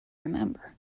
remember